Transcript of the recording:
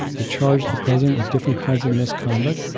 the charge, the president with different kinds of misconduct,